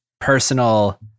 personal